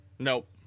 Nope